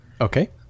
Okay